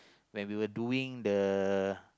when we were doing the